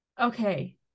okay